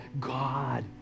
God